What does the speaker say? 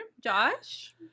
josh